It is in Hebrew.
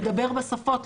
לדבר בשפות,